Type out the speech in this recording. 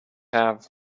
have